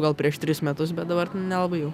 gal prieš tris metus bet dabar nelabai jau